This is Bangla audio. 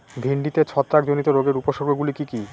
ভিন্ডিতে ছত্রাক জনিত রোগের উপসর্গ গুলি কি কী?